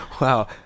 Wow